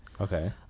Okay